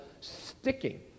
sticking